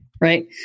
right